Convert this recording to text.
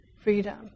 freedom